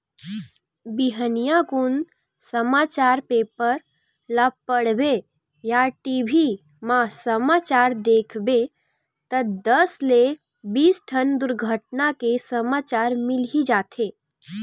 बिहनिया कुन समाचार पेपर ल पड़बे या टी.भी म समाचार देखबे त दस ले बीस ठन दुरघटना के समाचार मिली जाथे